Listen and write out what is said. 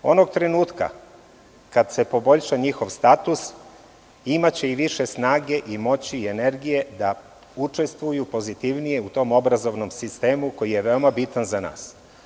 Onog trenutka kada se poboljša njihov status imaće i više snage, moći i energije da učestvuju pozitivnije u tom obrazovnom sistemu, jer je veoma bitan za nas.